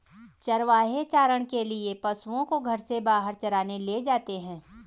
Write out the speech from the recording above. चरवाहे चारण के लिए पशुओं को घर से बाहर चराने ले जाते हैं